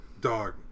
dog